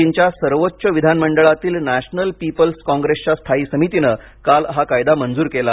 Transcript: चीनच्या सर्वोच्च विधानमंडळातील नॅशनल पीपल्स कॉंग्रेसच्या स्थायी समितीने काल हा कायदा मंजूर केला